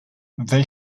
they